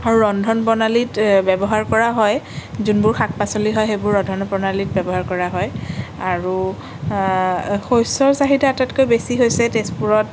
আৰু ৰন্ধন প্ৰণালীত ব্যৱহাৰ কৰা হয় যোনবোৰ শাক পাচলি হয় সেইবোৰ ৰন্ধন প্ৰণালীত ব্যৱহাৰ কৰা হয় আৰু শস্যৰ চাহিদা আটাইতকৈ বেছি হৈছে তেজপুৰত